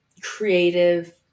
creative